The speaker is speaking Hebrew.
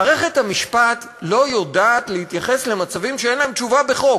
מערכת המשפט לא יודעת להתייחס למצבים שאין להם תשובה בחוק,